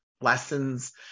lessons